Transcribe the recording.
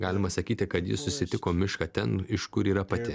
galima sakyti kad ji susitiko mišką ten iš kur yra pati